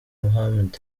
mohamed